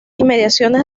inmediaciones